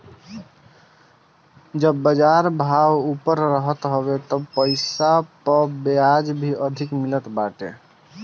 जब बाजार भाव ऊपर रहत हवे तब पईसा पअ बियाज भी अधिका मिलत बाटे